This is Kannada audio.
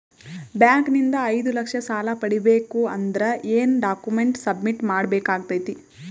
ಬ್ಯಾಂಕ್ ನಿಂದ ಐದು ಲಕ್ಷ ಸಾಲ ಪಡಿಬೇಕು ಅಂದ್ರ ಏನ ಡಾಕ್ಯುಮೆಂಟ್ ಸಬ್ಮಿಟ್ ಮಾಡ ಬೇಕಾಗತೈತಿ?